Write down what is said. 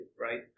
right